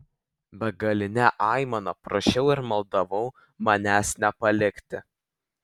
begaline aimana prašiau ir maldavau manęs nepalikti